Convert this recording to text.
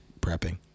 prepping